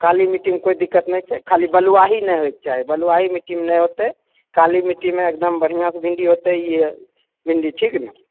काली मिट्टीमे कोइ दिक्क्त नहि छै खाली बलुवाही नहि होइके चाही बलुवाही मिट्टीमे नहि होतै काली मिट्टीमे एकदम बढ़िआँ से भिण्डी होतै भिण्डी ठीक ने